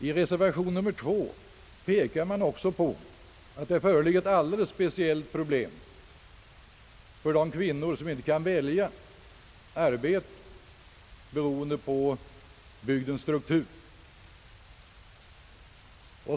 I reservation 2 pekar man också på att det föreligger ett alldeles speciellt problem för de kvinnor som inte kan välja arbete, beroende på bygdens struktur.